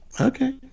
okay